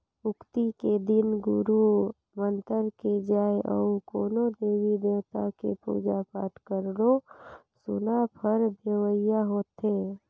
अक्ती के दिन गुरू मंतर के जाप अउ कोनो देवी देवता के पुजा पाठ करोड़ो गुना फर देवइया होथे